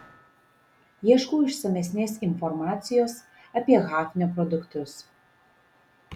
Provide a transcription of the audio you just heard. ieškau išsamesnės informacijos apie hafnio produktus